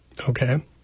Okay